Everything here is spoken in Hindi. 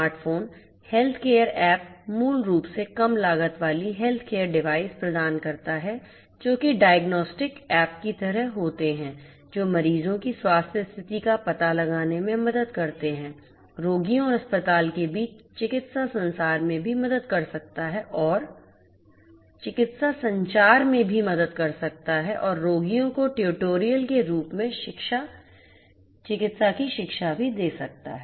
स्मार्ट फोन हेल्थकेयर ऐप मूल रूप से कम लागत वाली हेल्थकेयर डिवाइस प्रदान करता है जो कि डायग्नोस्टिक ऐप की तरह होते हैं जो मरीजों की स्वास्थ्य स्थिति का पता लगाने में मदद करते हैं रोगियों और अस्पतालों के बीच चिकित्सा संचार में भी मदद कर सकता है और रोगियों को ट्यूटोरियल के रूप में चिकित्सा शिक्षा भी दे सकता है